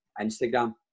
Instagram